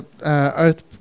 earth